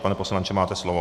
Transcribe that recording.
Pane poslanče, máte slovo.